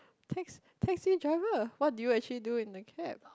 tax taxi driver what did you actually do in the cab